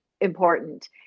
important